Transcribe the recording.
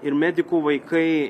ir medikų vaikai